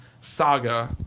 saga